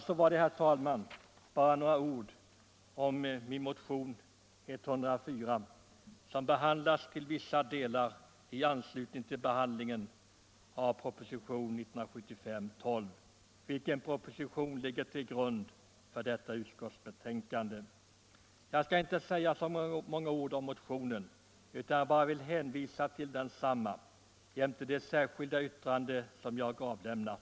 Så var det, herr talman, bara några ord om min motion nr 104, som behandlas till vissa delar i anslutning till behandlingen av propositionen 12, vilken ligger till grund för detta utskottsbetänkande. Jag skall inte säga så många ord om motionen, utan jag vill hänvisa till densamma jämte det särskilda yttrande som jag har avlämnat.